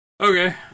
Okay